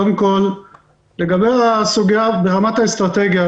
קודם כול לגבי הסוגיה ברמת האסטרטגיה,